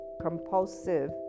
compulsive